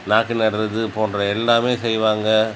நாற்று நடுறது போன்ற எல்லாமே செய்வாங்க